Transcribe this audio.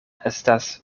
estas